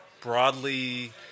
broadly